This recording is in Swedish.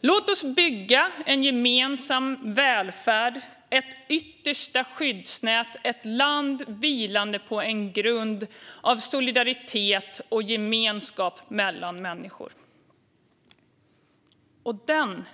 Låt oss bygga en gemensam välfärd, ett yttersta skyddsnät, ett land vilande på en grund av solidaritet och gemenskap mellan människor. Och den